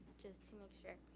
just to make sure.